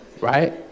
Right